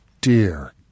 dear